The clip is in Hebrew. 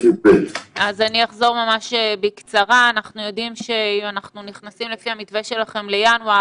אנחנו יודעים שאם לפי המתווה שלכם אנחנו נכנסים לינואר,